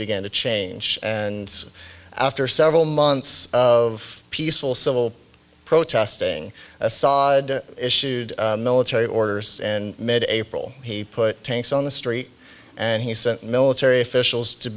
began to change and after several months of peaceful civil protesting assad issued military orders and mid april he put tanks on the street and he sent military officials to